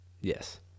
Yes